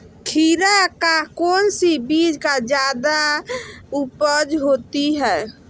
खीरा का कौन सी बीज का जयादा उपज होती है?